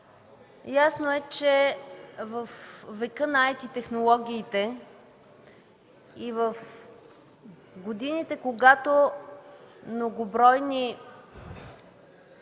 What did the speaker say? Ясно е, че във века на IT-технологиите и в годините, когато голям брой